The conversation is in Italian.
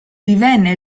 divenne